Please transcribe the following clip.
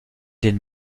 den